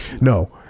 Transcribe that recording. No